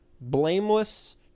blameless